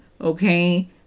Okay